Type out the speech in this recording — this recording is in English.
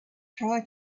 try